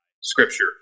Scripture